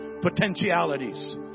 potentialities